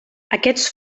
aquests